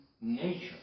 nature